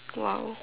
!wow!